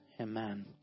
Amen